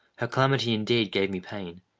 her calamity, indeed, gave me pain,